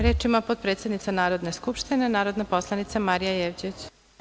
Reč ima potpredsednica Narodne skupštine, narodna poslanica Marija Jevđić.